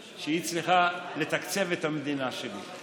והיא צריכה לתקצב את המדינה שלי.